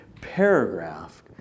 paragraph